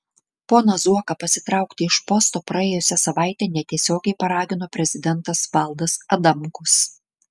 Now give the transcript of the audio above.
poną zuoką pasitraukti iš posto praėjusią savaitę netiesiogiai paragino prezidentas valdas adamkus